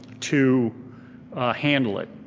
to handle it.